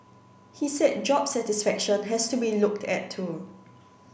he said job satisfaction has to be looked at too